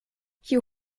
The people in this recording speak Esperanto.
kiu